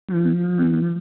മ്മ് മ്മ് മ്മ്